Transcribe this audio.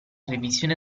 revisione